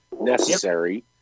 necessary